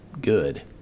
good